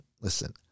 listen